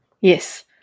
Yes